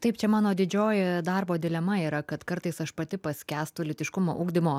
taip čia mano didžioji darbo dilema yra kad kartais aš pati paskęstų lytiškumo ugdymo